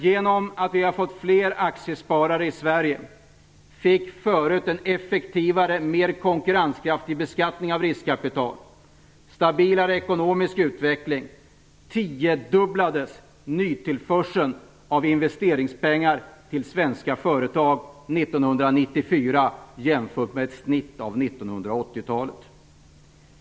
Genom att vi har fått fler aktiesparare i Sverige, genom att vi förut fick en effektivare, mer konkurrenskraftig beskattning av riskkapital och stabilare ekonomisk utveckling tiodubblades nytillförseln av investeringspengar till svenska företag 1994 jämfört med ett snitt av 1980-talet.